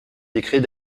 décrets